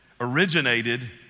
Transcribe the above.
originated